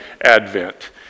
advent